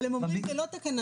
אבל הם אומרים שזו לא תקנה